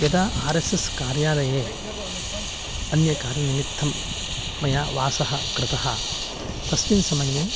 यदा आरेसेस्कार्यालये अन्यकार्यनिमित्तं मया वासः कृतः तस्मिन् समये